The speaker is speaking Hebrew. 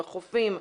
בחופים,